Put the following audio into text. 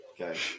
okay